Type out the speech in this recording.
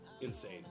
insane